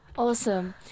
Awesome